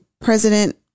President